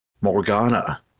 Morgana